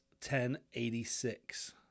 1086